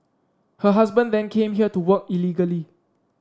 her husband then came here to work illegally